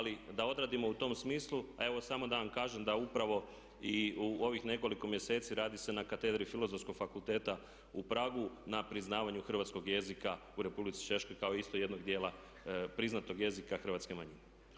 Ali da odradimo u tom smislu, a evo samo da vam kažem da upravo i u ovih nekoliko mjeseci radi se na katedri Filozofskog fakulteta u Pragu na priznavanju hrvatskoj jezika u Republici Češkoj kao isto jednog dijela priznatog jezika hrvatske manjine.